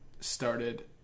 started